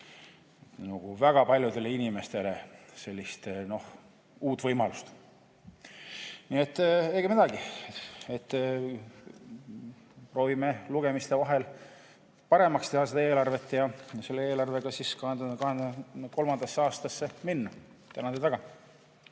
väga paljudele inimestele sellist uut võimalust. Nii et ega midagi. Proovime lugemiste vahel paremaks teha seda eelarvet ja selle eelarvega siis 2023. aastasse minna. Tänan teid väga!